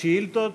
שאילתות.